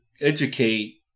educate